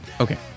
Okay